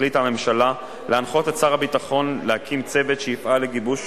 החליטה הממשלה להנחות את שר הביטחון להקים צוות שיפעל לגיבוש